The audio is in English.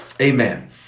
Amen